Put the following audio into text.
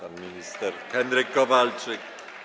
Pan minister Henryk Kowalczyk.